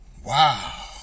Wow